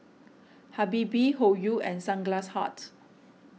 Habibie Hoyu and Sunglass Hut